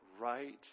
right